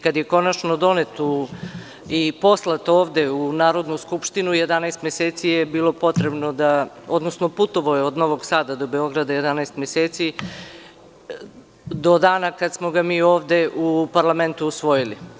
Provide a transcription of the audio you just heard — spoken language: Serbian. Kad je konačno donet i poslat ovde u Narodnu skupštinu, 11 meseci je bilo potrebno, odnosno putovao je od Novog Sada do Beograda 11 meseci, do dana kad smo ga mi ovde u parlamentu usvojili.